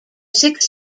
six